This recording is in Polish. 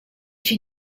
się